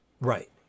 Right